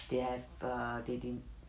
they have err they didn't